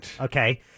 Okay